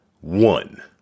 one